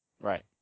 Right